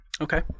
Okay